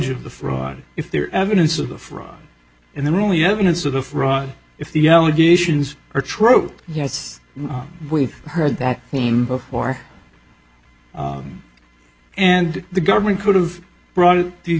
of the fraud if there is evidence of the fraud and the only evidence of the fraud if the elevations are true yes we've heard that name before and the government could have brought it to you